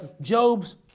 Job's